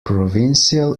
provincial